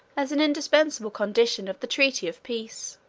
as an indispensable condition of the treaty of peace.